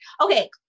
Okay